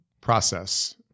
process